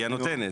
היא הנותנת.